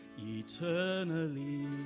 eternally